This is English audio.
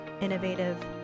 innovative